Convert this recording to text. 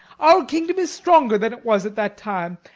our kingdom is stronger than it was at that time